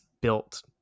built